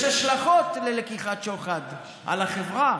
יש השלכות ללקיחת שוחד על החברה.